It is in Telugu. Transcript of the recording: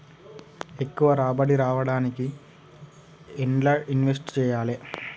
ఎక్కువ రాబడి రావడానికి ఎండ్ల ఇన్వెస్ట్ చేయాలే?